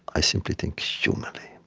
i simply think humanly.